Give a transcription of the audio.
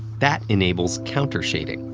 that enables countershading,